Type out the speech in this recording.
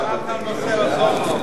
גם ככה הוא מנסה לעזור לו,